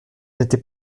n’était